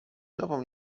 nową